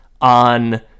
on